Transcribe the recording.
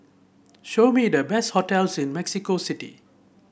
show me the best hotels in Mexico City